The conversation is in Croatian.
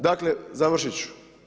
Dakle, završiti ću.